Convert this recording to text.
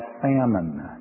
famine